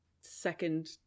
second